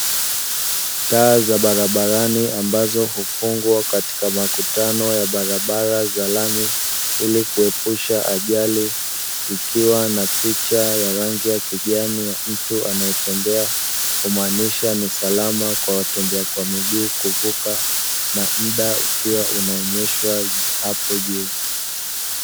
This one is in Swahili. Taa za barabarani ambazo hufungwa katika makutano ya barabara za lami ili kuepusha ajali, ikiwa na picha ya rangi ya kijani mtu anayetembea kumaanisha ni salama kwa watembea kwa miguu kuvuka na muda ukiwa unaonyeshwa hapo juu.